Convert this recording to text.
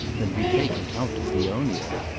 than be taken out to peonia.